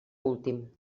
últim